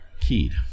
keyed